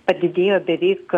padidėjo beveik